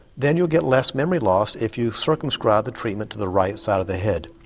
then you'll get less memory loss if you circumscribe the treatment to the right side of the head.